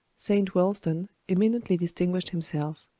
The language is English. st. wulstan eminently distinguished himself.